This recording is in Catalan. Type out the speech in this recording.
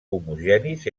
homogenis